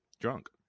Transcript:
drunk